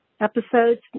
episodes